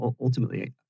Ultimately